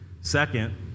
Second